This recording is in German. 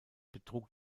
betrug